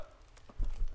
שלום לכולם.